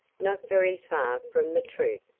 not very far from the truth,